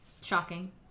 shocking